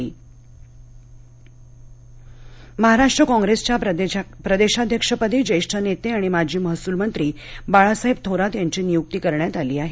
कॉंग्रेस महाराष्ट्र कॉप्रेसच्या प्रदेशाध्यक्षपदी ज्येष्ठ नेते आणि माजी महसूलमंत्री बाळासाहेब थोरात यांची नियुक्ती करण्यात आली आहे